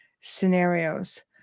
scenarios